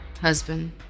husband